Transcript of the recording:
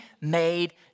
made